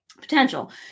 potential